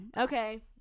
Okay